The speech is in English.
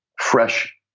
fresh